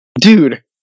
Dude